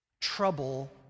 trouble